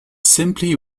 simply